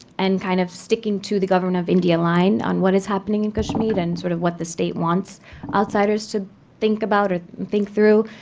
and kind of sticking to the government of india line on what is happening in kashmir, and sort of what the state wants outsiders to think about, or think through.